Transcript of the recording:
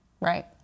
Right